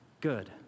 good